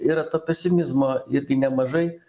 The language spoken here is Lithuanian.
yra to pesimizmo irgi nemažai